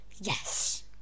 Yes